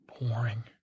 boring